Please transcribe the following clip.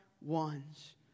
ones